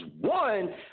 one